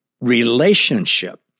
relationship